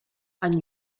and